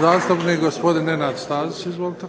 **Stazić, Nenad (SDP)**